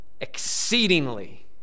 exceedingly